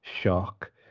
shock